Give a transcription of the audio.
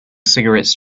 cigarettes